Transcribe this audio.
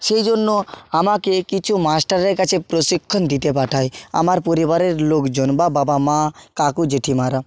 সেই জন্য আমাকে কিছু মাস্টারের কাছে প্রশিক্ষণ দিতে পাঠায় আমার পরিবারের লোকজন বা বাবা মা কাকু জেঠিমারা